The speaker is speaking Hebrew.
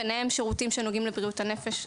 בהם שירותים שנוגעים לבריאות הנפש.